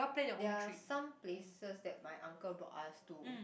there are some places that my uncle brought us to